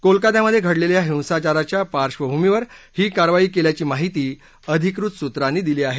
कोलकत्यामधे घडलेला हिंसाचाराच्या पार्श्वभूमीवर ही कारवाई केल्याची माहिती अधिकृत सूत्रांनी दिली आहे